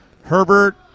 Herbert